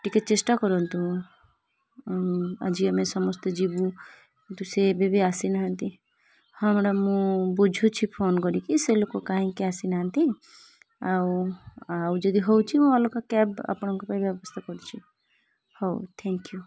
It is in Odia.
ଟିକେ ଚେଷ୍ଟା କରନ୍ତୁ ଆଜି ଆମେ ସମସ୍ତେ ଯିବୁ କିନ୍ତୁ ସେ ଏବେବି ଆସିନାହାନ୍ତି ହଁ ମ୍ୟାଡ଼ାମ୍ ମୁଁ ବୁଝୁଛି ଫୋନ୍ କରିକି ସେ ଲୋକ କାହିଁକି ଆସିନାହାନ୍ତି ଆଉ ଆଉ ଯଦି ହେଉଛି ମୁଁ ଅଲଗା କ୍ୟାବ୍ ଆପଣଙ୍କ ପାଇଁ ବ୍ୟବସ୍ଥା କରିଛି ହଉ ଥ୍ୟାଙ୍କ୍ ୟୁ